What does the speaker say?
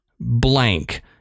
blank